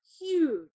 huge